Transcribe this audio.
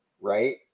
right